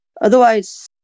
Otherwise